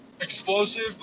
explosive